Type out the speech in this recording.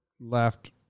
Left